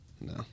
No